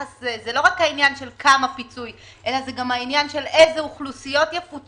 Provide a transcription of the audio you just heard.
זה לא רק עניין של כמה פיצוי אלא אילו אוכלוסיות יפוצו